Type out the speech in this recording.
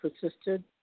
persisted